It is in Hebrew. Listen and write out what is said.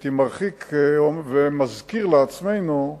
הייתי מרחיק ומזכיר לעצמנו,